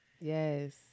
yes